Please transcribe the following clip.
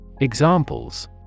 Examples